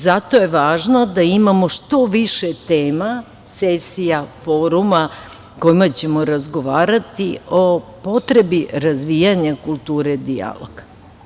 Zato je važno da imamo što više tema, sesija, foruma na kojima ćemo razgovarati o potrebi razvijanja kulture dijaloga.